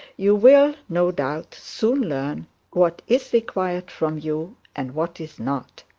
you will, no doubt, soon learn what is required from you, and what is not.